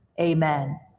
amen